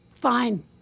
Fine